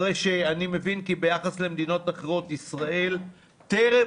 אני מבין כי ביחס למדינות אחרות ישראל טרם